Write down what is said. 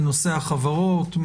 בנושא החברות?